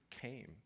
came